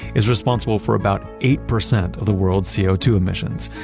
is responsible for about. eight percent of the world's c o two emissions.